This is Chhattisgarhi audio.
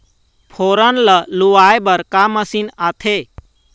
फोरन ला लुआय बर का मशीन आथे?